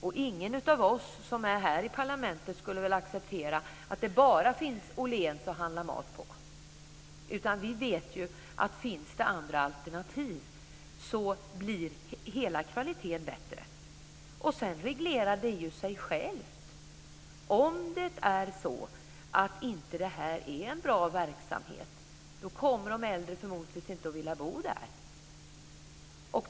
Ingen av oss som är här i parlamentet skulle väl acceptera att det bara finns Åhléns att handla mat på. Vi vet att hela kvaliteten blir bättre om det finns andra alternativ. Sedan reglerar det sig självt. Om det är så att det inte är en bra verksamhet kommer de äldre förmodligen inte att vilja bo där.